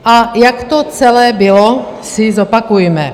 A jak to celé bylo si zopakujme.